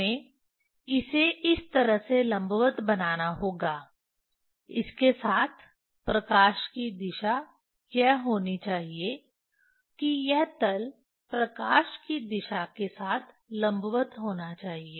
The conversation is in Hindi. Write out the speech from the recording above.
हमें इसे इस तरह से लंबवत बनाना होगा इसके साथ प्रकाश की दिशा यह होनी चाहिए कि यह तल प्रकाश की दिशा के साथ लंबवत होना चाहिए